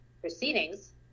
proceedings